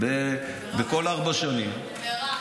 בכל ארבע שנים, במהרה.